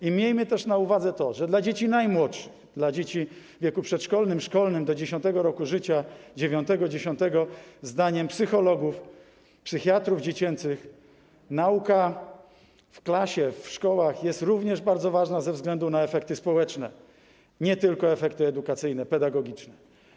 I miejmy też na uwadze to, że dla dzieci najmłodszych, dla dzieci w wieku przedszkolnym, szkolnym do 9., 10. roku życia, zdaniem psychologów, psychiatrów dziecięcych nauka w klasie, w szkołach jest również bardzo ważna ze względu na efekty społeczne, nie tylko efekty edukacyjne, pedagogiczne.